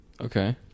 Okay